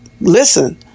listen